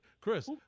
Chris